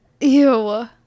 Ew